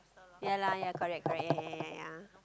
ya lah correct correct ya ya ya ya